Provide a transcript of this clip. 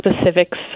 specifics